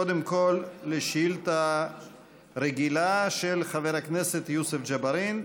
קודם כול לשאילתה רגילה של חבר הכנסת יוסף ג'בארין.